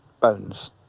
bones